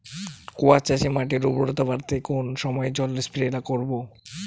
কোয়াস চাষে মাটির উর্বরতা বাড়াতে কোন সময় জল স্প্রে করব?